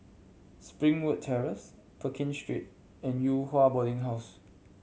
Springwood Terrace Pekin Street and Yew Hua Boarding House